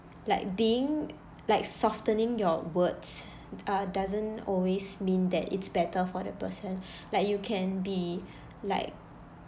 like being like softening your words uh doesn't always mean that it's better for the person like you can be like